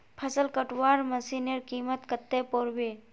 फसल कटवार मशीनेर कीमत कत्ते पोर बे